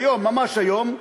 היום, ממש היום,